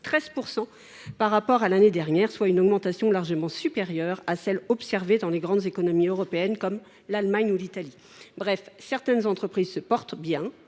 13 % par rapport à l’année dernière, soit une augmentation largement supérieure à celle observée dans les grandes économies européennes, comme l’Allemagne ou l’Italie. Bref, certaines entreprises se portent bien